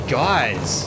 guys